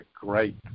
great